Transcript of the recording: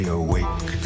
awake